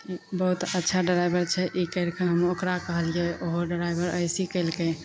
बहुत अच्छा ड्राइवर छै ई करिके हम ओकरा कहलिए ओहो ड्राइवर अएसेहि केलकै